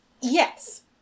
yes